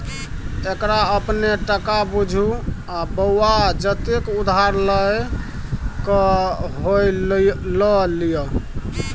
एकरा अपने टका बुझु बौआ जतेक उधार लए क होए ल लिअ